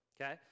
Okay